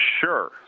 Sure